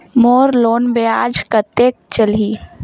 मोर loan ब्याज कतेक चलही?